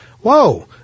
whoa